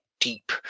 deep